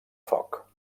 foc